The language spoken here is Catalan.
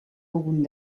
algun